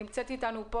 נמצאת איתנו פה